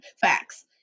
facts